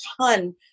ton